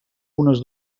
unes